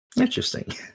Interesting